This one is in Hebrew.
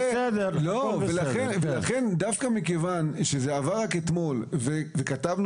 לכן דווקא מכיוון שזה עבר רק אתמול וכתבנו